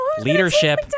Leadership